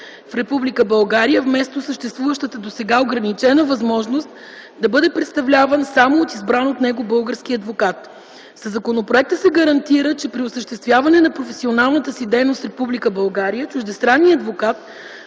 вместо съществуващата досега ограничена възможност да бъде представляван само от избран от него български адвокат. Със законопроекта се гарантира, че при осъществяване на професионалната си дейност в Република България чуждестранният адвокат,